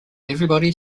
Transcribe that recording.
everybody